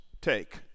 take